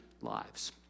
lives